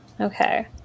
Okay